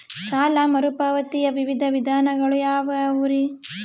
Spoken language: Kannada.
ಸಾಲ ಮರುಪಾವತಿಯ ವಿವಿಧ ವಿಧಾನಗಳು ಯಾವ್ಯಾವುರಿ?